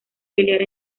pelear